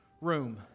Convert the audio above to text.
room